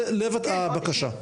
זה לב הבקשה.